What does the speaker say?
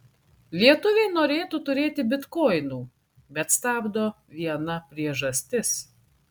lietuviai norėtų turėti bitkoinų bet stabdo viena priežastis